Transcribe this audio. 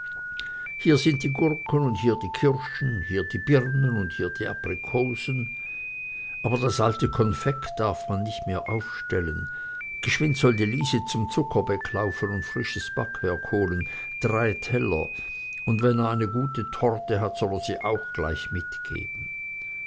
hier sind die gurken und hier die kirschen hier die birnen und hier die aprikosen aber das alte konfekt darf man nicht mehr aufstellen geschwind soll die lise zum zuckerbeck laufen und frisches backwerk holen drei teller und wenn er eine gute torte hat soll er sie auch gleich mitgeben